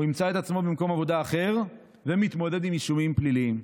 הוא ימצא את עצמו במקום עבודה אחר ומתמודד עם אישומים פליליים.